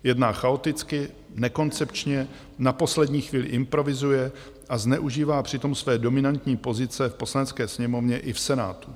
Jedná chaoticky, nekoncepčně, na poslední chvíli improvizuje a zneužívá přitom své dominantní pozice v Poslanecké sněmovně i v Senátu.